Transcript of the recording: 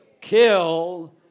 kill